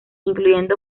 incluyen